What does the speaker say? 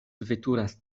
veturas